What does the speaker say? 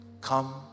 Come